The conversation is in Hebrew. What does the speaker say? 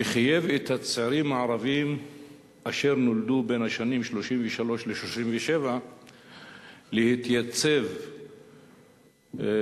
שחייב את הצעירים הערבים שנולדו בשנים 1933 1937 להתייצב בלשכות,